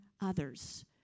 others